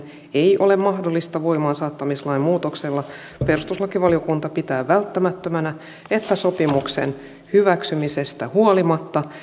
ei ole mahdollista voimaansaattamislain muutoksella perustuslakivaliokunta pitää välttämättömänä että sopimuksen hyväksymisestä huolimatta